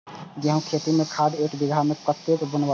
गेंहू के खेती में खाद ऐक बीघा में कते बुनब?